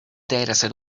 dataset